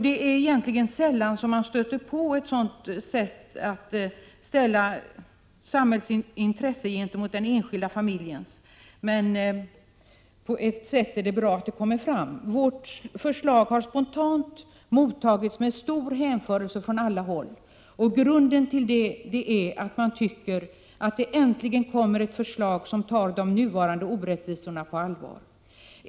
Det är egentligen sällan man möter ett sådant sätt att ställa samhällets intresse mot den enskilda familjens. Men egentligen är det bra att detta kommer fram. Vårt förslag har spontant mottagits med stor hänförelse på alla håll, och grunden till det är att man tycker att det äntligen kommer ett förslag som tar de nuvarande orättvisorna på allvar.